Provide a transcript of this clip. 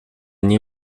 nie